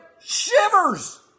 shivers